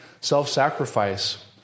self-sacrifice